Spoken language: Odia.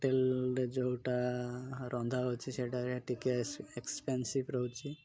ହୋଟେଲ୍ରେ ଯେଉଁଟା ରନ୍ଧା ହେଉଛି ସେଇଟାରେ ଟିକେ ଏକ୍ସପେନ୍ସିଭ୍ ରହୁଛି